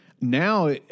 Now